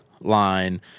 line